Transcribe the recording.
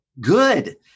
Good